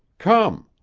come.